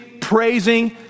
praising